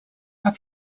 have